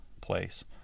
place